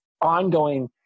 ongoing